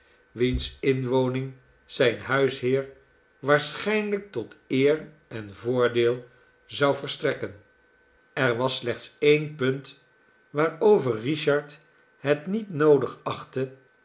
wiens inwoning zijn huisheer waarschijnlijk tot eer en voordeel zou verstrekken er was slechts een punt waarover richard het niet noodig achtte